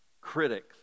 critics